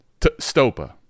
stopa